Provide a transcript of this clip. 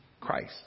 Christ